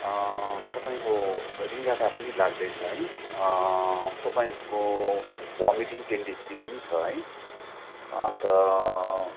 तपाईँको रिङ्गटा पनि लाग्दैछ है तपाईँको भमिटिङ टेन्डेसी पनि छ है अन्त